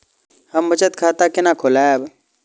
हम बचत खाता केना खोलैब?